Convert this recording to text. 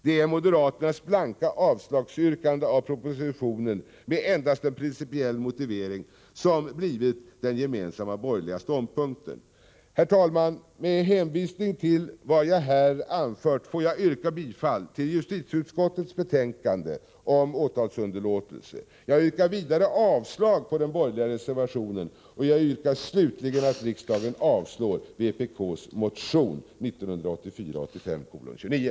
Det är moderaternas blanka avslagsyrkande vad gäller propositionen, med endast en principiell motivering, som har blivit den gemensamma borgerliga ståndpunkten. Herr talman! Med hänvisning till vad jag här har anfört får jag yrka bifall till justitieutskottets hemställan i betänkandet om åtalsunderlåtelse. Detta innebär att jag vidare yrkar avslag på den borgerliga reservationen och på vpk:s motion 1984/85:29.